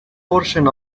portion